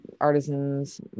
artisans